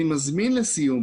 לסיום,